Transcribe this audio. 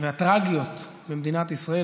והטרגיות במדינת ישראל.